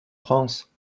france